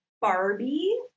Barbie